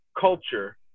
culture